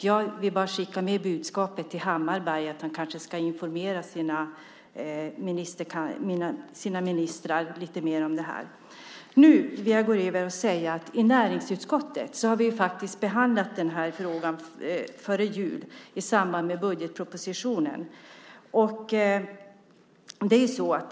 Jag vill därför skicka budskapet till Hammarbergh att han kanske ska informera sina ministrar lite mer om detta. Låt mig sedan gå över till att säga att vi före jul, i samband med budgetpropositionen, behandlade den här frågan i näringsutskottet.